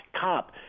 cop